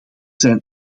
zijn